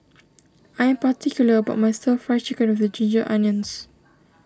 I am particular about my Stir Fry Chicken with the Ginger Onions